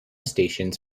stations